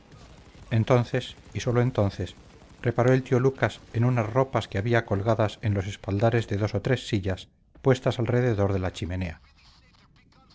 entonces y sólo entonces reparó el tío lucas en unas ropas que había colgadas en los espaldares de dos o tres sillas puestas alrededor de la chimenea